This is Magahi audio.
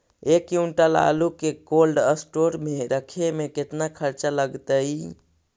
एक क्विंटल आलू के कोल्ड अस्टोर मे रखे मे केतना खरचा लगतइ?